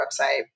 website